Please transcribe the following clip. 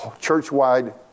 church-wide